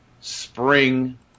spring